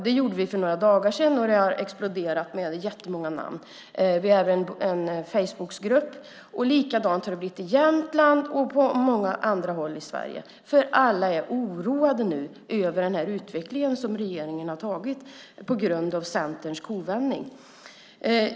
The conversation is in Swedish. Det gjorde vi för några dagar sedan, och det har exploderat och blivit jättemånga namn på den. Vi har även en Facebookgrupp. Liknande insamlingar sker i Jämtland och på många andra håll i Sverige, för alla är oroade nu över denna riktning som regeringen har tagit på grund av Centerns kovändning.